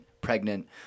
pregnant